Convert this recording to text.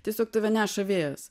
tiesiog tave neša vėjas